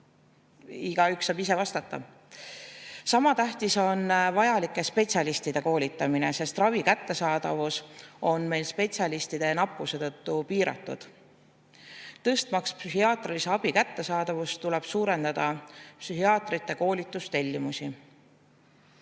Igaüks saab ise vastata. Sama tähtis on vajalike spetsialistide koolitamine, sest ravi kättesaadavus on meil spetsialistide nappuse tõttu piiratud. Parandamaks psühhiaatrilise abi kättesaadavust, tuleb suurendada psühhiaatrite koolituse